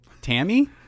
Tammy